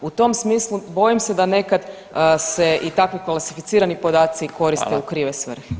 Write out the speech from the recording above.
U tom smislu bojim se da nekad se i takvi klasificirani podaci koriste u krive svrhe.